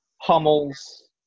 Hummels